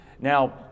Now